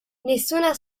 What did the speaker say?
nessuna